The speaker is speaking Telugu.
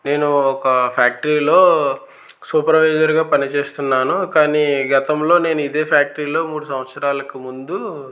నేను ఒక ఫ్యాక్టరీలో సూపర్వైజర్గా పని చేస్తున్నాను కానీ గతంలో నేను ఇదే ఫ్యాక్టరీలో మూడు సంవత్సరాలకు ముందు